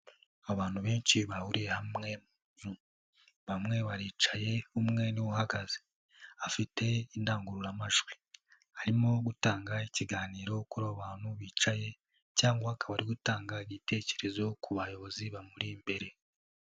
Abantu benshi bahuriye hamwe, bamwe baricaye, umwe uhagaze afite indangururamajwi arimo gutanga ikiganiro kuri abo bantu bicaye cyangwa akaba ari gutanga igitekerezo ku bayobozi bamuri imbere.